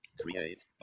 Create